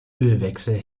ölwechsel